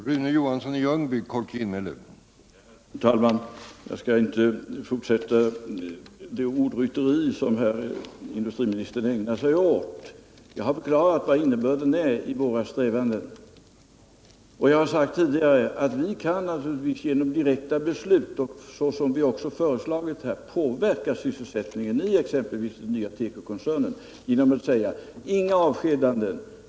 Herr talman! Jag skall inte fortsätta det ordrytteri som herr industriministern ägnar sig åt. Jag har förklarat vad innebörden är i våra strävanden. Jag har sagt tidigare att vi genom direkta beslut, såsom vi också föreslagit här, givetvis kan påverka sysselsättningen i den nya tekokoncernen genom att säga: Inga avskedanden.